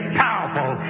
powerful